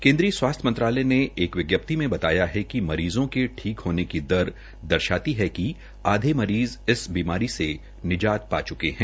केन्द्रीय स्वास्थ्य मंत्रालय ने एक विज्ञप्ति मे बताया कि मरीज़ों के ठीक होने की दर दर्शाती है कि आधे मरीज़ इस बीमारी से निजात पा चुके है